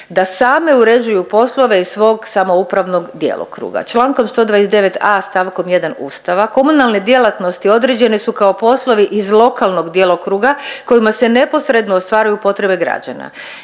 da same uređuju poslove iz svog samoupravnog djelokruga. Čl. 129.a st. 1. Ustava komunalne djelatnosti određene su kao poslovi iz lokalnog djelokruga kojima se neposredno ostvaruju potrebe građana